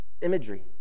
Imagery